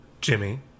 Jimmy